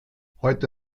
heute